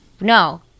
no